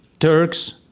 turks,